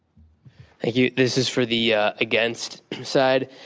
thank you. this is for the yeah against side.